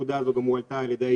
הנקודה הזאת גם הועלתה על-ידי